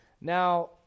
Now